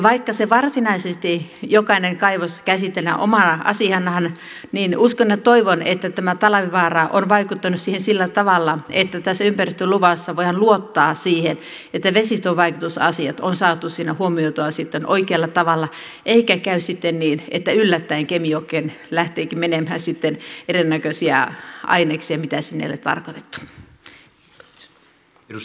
vaikka varsinaisesti jokainen kaivos käsitellään omana asianaan niin uskon ja toivon että talvivaara on vaikuttanut siihen sillä tavalla että tässä ympäristöluvassa voidaan luottaa siihen että vesistövaikutusasiat on saatu siinä huomioitua sitten oikealla tavalla eikä käy sitten niin että yllättäen kemijokeen lähteekin menemään erinäköisiä aineksia kuin mitä sinne on tarkoitettu